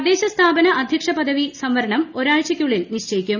തദ്ദേശസ്ഥാപന അദ്ധ്യക്ഷ പദവി സംവരണം ഒരാഴ്ചയ്ക്കുള്ളിൽ നിശ്ചയിക്കും